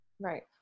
Right